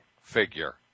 figure